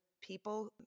people